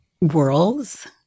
worlds